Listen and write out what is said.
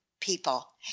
people